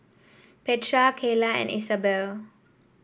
Petra Keila and Isabel